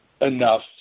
enough